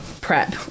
PrEP